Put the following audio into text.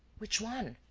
which one?